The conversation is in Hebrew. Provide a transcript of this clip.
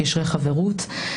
קשרי חברות.